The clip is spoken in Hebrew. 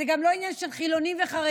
זה גם לא עניין של חילונים וחרדים.